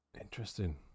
Interesting